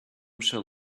shall